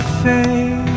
faith